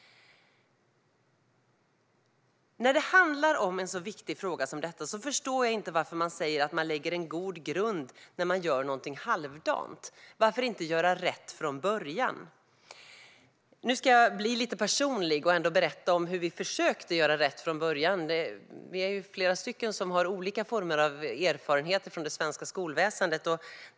När det handlar om en så viktig fråga som detta förstår jag inte varför man säger att man lägger en god grund när man gör någonting halvdant. Varför inte göra rätt från början? Nu ska jag bli lite personlig och berätta om hur vi har försökt att göra rätt från början. Vi är flera stycken som har erfarenhet från det svenska skolväsendet.